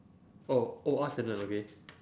oh oh asknlearn okay